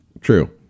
true